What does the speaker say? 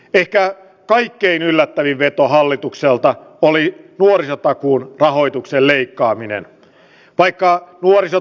ehkä kaikkein yllättävin veto hallitukselta oli vuosia paakkuun rahoituksen leikkaaminen vaikka puolisot